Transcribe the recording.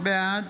בעד